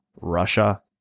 Russia